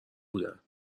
بودن